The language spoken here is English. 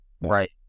Right